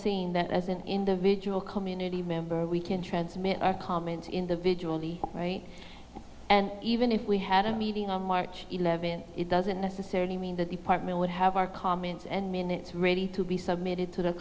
seeing that as an individual community member we can transmit our comments individual right and even if we had a meeting on march eleventh it doesn't necessarily mean that the park milot have our comments and minutes ready to be submitted to the